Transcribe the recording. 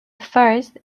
first